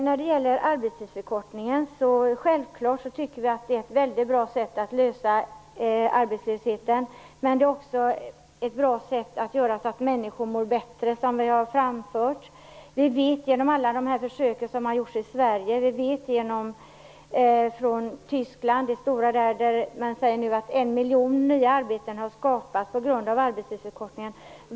När det gäller arbetstidsförkortningen tycker vi självfallet att det är ett bra sätt att lösa arbetslösheten, men det är också ett bra sätt att åstadkomma att människor mår bättre, som jag har framfört. Det har gjorts försök med arbetstidsförkortning i Sverige. Vi vet att det också har gjorts försök i bl.a. Tyskland, där man säger att en miljon nya arbeten har skapats på grund av arbetstidsförkortningen.